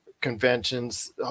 conventions